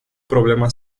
problema